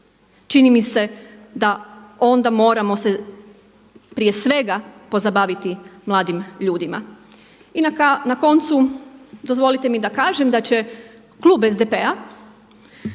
čini mi se da onda moramo se prije svega pozabaviti mladim ljudima. I na koncu dozvolite mi da kažem da će klub SDP-a